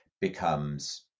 becomes